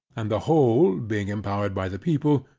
and the whole, being impowered by the people,